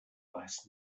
weiß